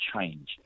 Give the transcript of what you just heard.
change